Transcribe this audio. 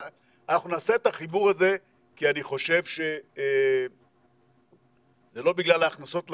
אנחנו נעשה את החיבור הזה כי אני חושב ש זה לא בגלל ההכנסות לקרן,